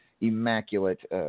immaculate